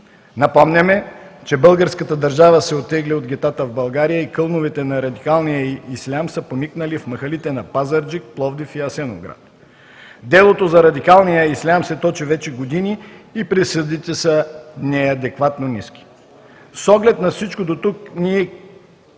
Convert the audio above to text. Напомняме, че българската държава се оттегли от гетата в България и кълновете на радикалния ислям са поникнали в махалите на Пазарджик, Пловдив и Асеновград. Делото за радикалния ислям се точи вече години и присъдите са неадекватно ниски. С оглед на всичко дотук ние,